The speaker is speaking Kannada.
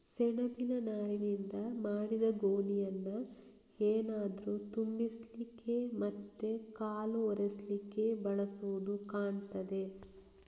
ಸೆಣಬಿನ ನಾರಿನಿಂದ ಮಾಡಿದ ಗೋಣಿಯನ್ನ ಏನಾದ್ರೂ ತುಂಬಿಸ್ಲಿಕ್ಕೆ ಮತ್ತೆ ಕಾಲು ಒರೆಸ್ಲಿಕ್ಕೆ ಬಳಸುದು ಕಾಣ್ತದೆ